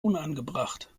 unangebracht